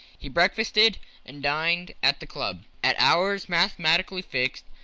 he breakfasted and dined at the club, at hours mathematically fixed,